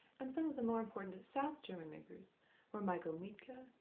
and some of the more important south german makers were michael mietke,